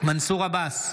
מנסור עבאס,